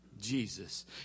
Jesus